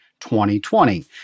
2020